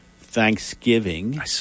Thanksgiving